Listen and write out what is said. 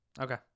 Okay